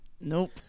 Nope